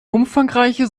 umfangreiche